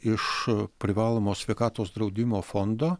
iš privalomo sveikatos draudimo fondo